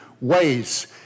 ways